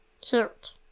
cute